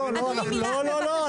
לא,